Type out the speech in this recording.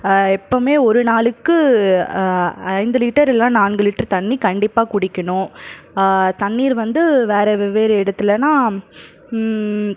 எப்போவுமே ஒரு நாளுக்கு ஐந்து லிட்டர் இல்லைனா நான்கு லிட்டர் தண்ணி கண்டிப்பாக குடிக்கணும் தண்ணீர் வந்து வேறு வெவ்வேறு இடத்துலனா